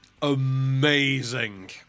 amazing